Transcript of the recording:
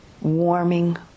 warming